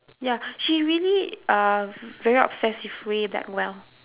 ya she really uh very obsessed with ray blackwell